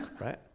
Right